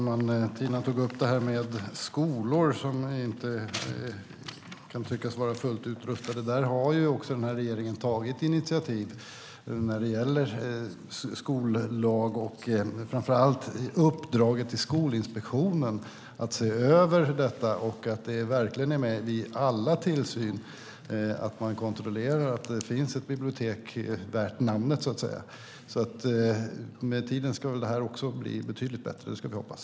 Herr talman! Tina tog upp detta med skolor som kan tyckas vara inte fullt utrustade. Där har regeringen tagit initiativ när det gäller skollagen och framför allt uppdraget till Skolinspektionen att se över detta, så att det verkligen är med i all tillsyn att man kontrollerar att det finns ett bibliotek värt namnet. Med tiden ska detta bli betydligt bättre, ska vi hoppas.